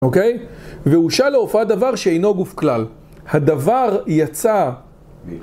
אוקיי, והוא שאל להופעת דבר שאינו גוף כלל, הדבר יצא...